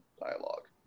dialogue